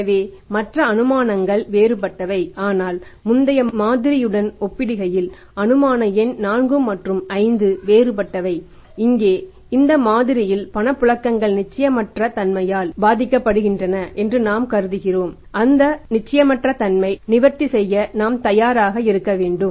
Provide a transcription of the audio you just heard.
எனவே மற்ற அனுமானங்கள் வேறுபட்டவை ஆனால் முந்தைய மாதிரியுடன் ஒப்பிடுகையில் அனுமான எண் 4 மற்றும் 5 வேறுபட்டவை இங்கே இந்த மாதிரியில் பணப்புழக்கங்கள் நிச்சயமற்ற தன்மையால் பாதிக்கப்படுகின்றன என்று நாம் கருதுகிறோம் அந்த நிச்சயமற்ற தன்மையை நிவர்த்தி செய்ய நாம் தயாராக இருக்க வேண்டும்